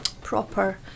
proper